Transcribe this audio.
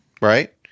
Right